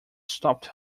stopped